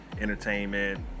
entertainment